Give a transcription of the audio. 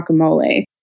guacamole